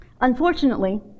Unfortunately